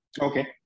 Okay